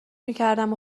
میکردم